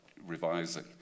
revising